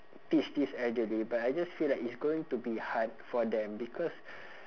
teach this elderly but I just feel like it's going to be hard for them because